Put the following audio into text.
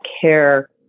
care